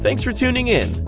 thanks for tuning in